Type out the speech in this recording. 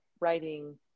writing